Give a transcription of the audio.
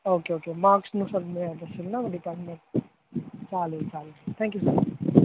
okay okay मार्क्सनुसार मग मिळत असेल ना मग डिपारमेंट चालेल चालेल थँक्यू सर